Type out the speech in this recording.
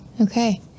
Okay